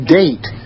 date